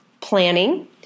planning